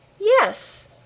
Yes